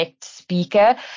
speaker